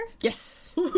Yes